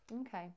Okay